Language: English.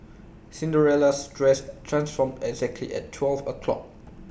Cinderella's dress transformed exactly at twelve o' clock